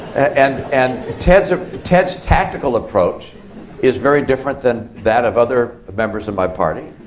and and ted's ah ted's tactical approach is very different than that of other members of my party.